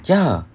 ya